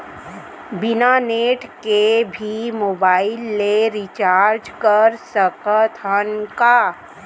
बिना नेट के भी मोबाइल ले रिचार्ज कर सकत हन का?